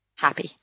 happy